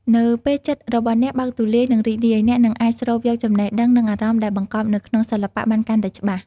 នៅពេលចិត្តរបស់អ្នកបើកទូលាយ និងរីករាយ អ្នកនឹងអាចស្រូបយកចំណេះដឹង និងអារម្មណ៍ដែលបង្កប់នៅក្នុងសិល្បៈបានកាន់តែច្បាស់។